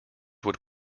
would